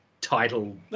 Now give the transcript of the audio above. title